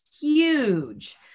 huge